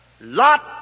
Lot